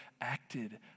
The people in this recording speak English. acted